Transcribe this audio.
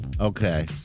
Okay